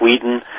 Sweden